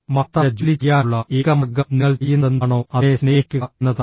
മഹത്തായ ജോലി ചെയ്യാനുള്ള ഏക മാർഗം നിങ്ങൾ ചെയ്യുന്നതെന്താണോ അതിനെ സ്നേഹിക്കുക എന്നതാണ്